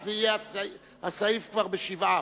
אז הסעיף כבר בשבעה.